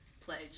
pledge